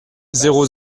zéro